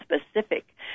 specific